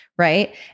Right